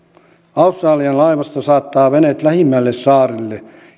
australian laivasto saattaa veneet lähimmälle saarelle